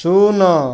ଶୂନ